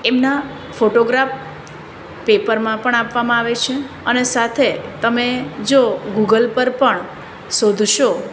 એમના ફોટોગ્રાફ પેપરમાં પણ આપવામાં આવે છે અને સાથે તમે જો ગૂગલ પર પણ શોધશો